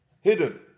hidden